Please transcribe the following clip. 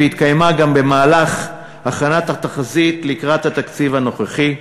והתקיימה גם במהלך הכנת התחזית לקראת התקציב הנוכחי,